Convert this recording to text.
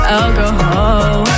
alcohol